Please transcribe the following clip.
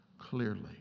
clearly